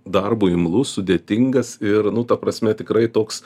darbui imlus sudėtingas ir nu ta prasme tikrai toks